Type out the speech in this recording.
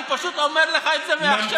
אני פשוט אומר לך את זה מעכשיו.